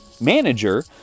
manager